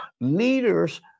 Leaders